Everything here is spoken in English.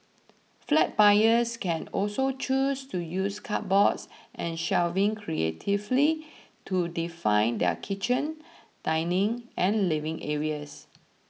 flat buyers can also choose to use cupboards and shelving creatively to define their kitchen dining and living areas